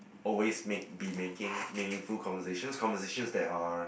always make be making meaningful conversations conversations that are